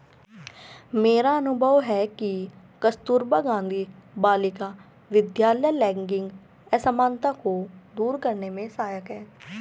मेरा अनुभव है कि कस्तूरबा गांधी बालिका विद्यालय लैंगिक असमानता को दूर करने में सहायक है